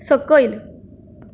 सकयल